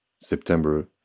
September